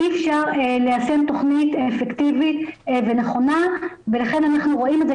אי אפשר ליישם תכנית אפקטיבית ונכונה ולכן אנחנו רואים את זה